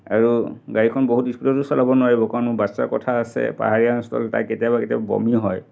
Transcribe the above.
আৰু গাড়ীখন বহুত স্পীডতো চলাব নোৱাৰিব কাৰণ মোৰ বাচ্ছাৰ কথা আছে পাহাৰীয়া অঞ্চল তাইৰ কেতিয়াবা কেতিয়াবা বমি হয়